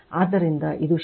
ಆದ್ದರಿಂದ ಇದು ಷರತ್ತು